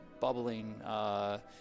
bubbling